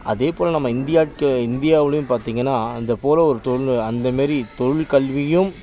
அதேபோல் நம்ம இந்தியாட்க இந்தியாவுலேயும் பார்த்தீங்கன்னா அந்த போல் ஒரு தொழில் அந்த மாரி தொழில் கல்வியும்